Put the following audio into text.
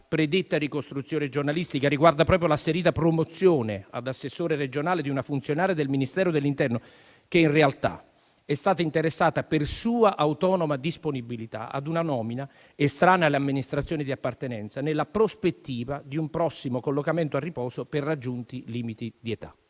predetta ricostruzione giornalistica riguarda proprio l'asserita promozione ad assessore regionale di una funzionaria del Ministero dell'interno che in realtà è stata interessata per sua autonoma disponibilità ad una nomina estranea all'amministrazione di appartenenza nella prospettiva di un prossimo collocamento a riposo per raggiunti limiti di età.